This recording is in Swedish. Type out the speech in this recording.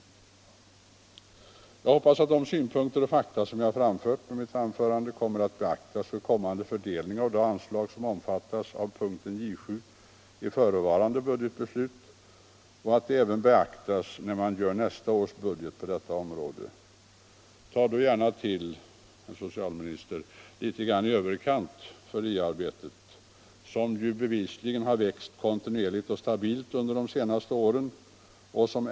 Jag hoppas att de synpunkter och fakta som jag framfört i mitt anförande kommer att beaktas vid kommande fördelning av de anslag som vi kommer att fatta beslut om under punkten J 7 i förevarande betänkande och att de även beaktas när man gör nästa års budget på detta område. Tag då gärna, herr socialminister, till litet i överkant för RIA-arbetet, som bevisligen har vuxit kontinuerligt och stabilt under de senaste åren.